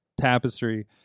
tapestry